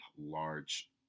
large